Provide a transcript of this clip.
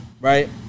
right